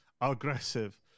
Aggressive